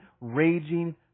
raging